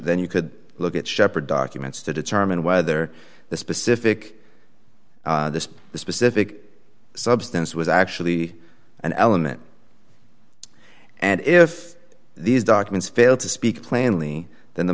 then you could look at shepherd documents to determine whether the specific the specific substance was actually an element and if these documents fail to speak plainly then the